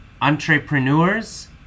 entrepreneurs